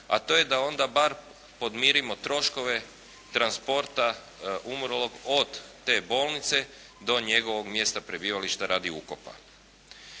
a to je da onda bar podmirimo troškove transporta umrlog od te bolnice do njegovog mjesta prebivališta radi ukopa.